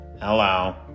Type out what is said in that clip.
Hello